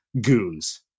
goons